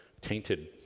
tainted